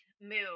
move